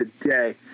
today